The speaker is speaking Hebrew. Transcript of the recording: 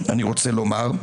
אני רוצה לומר,